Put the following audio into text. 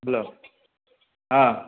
hello ହଁ